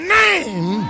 name